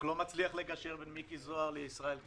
רק לא מצליח לגשר בין מיקי זוהר לישראל כץ.